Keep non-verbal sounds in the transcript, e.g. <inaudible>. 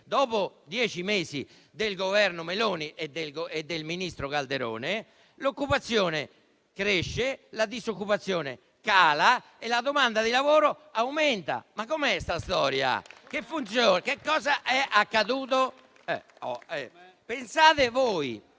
dopo dieci mesi del Governo Meloni e del ministro Calderone, l'occupazione cresce, la disoccupazione cala e la domanda di lavoro aumenta. Com'è questa storia? <applause>